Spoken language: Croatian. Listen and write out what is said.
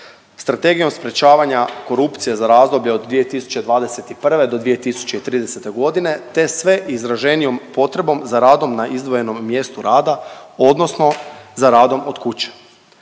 Strategijom sprječavanja korupcije za razdoblje od 2021. do 2030.g., te sve izraženijom potrebom za radom na izdvojenom mjestu rada odnosno za radom od kuće.